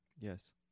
Yes